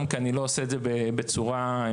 כי אני לא עושה את זה בצורה מסודרת.